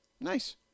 Nice